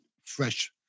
fresh